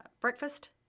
breakfast